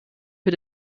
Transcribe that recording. für